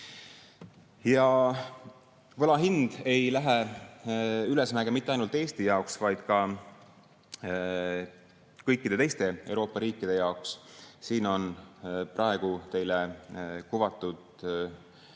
Võla hind ei lähe ülesmäge mitte ainult Eesti jaoks, vaid ka kõikide teiste Euroopa riikide jaoks. (Näitab slaide.) Siin on praegu teile kuvatud